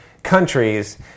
Countries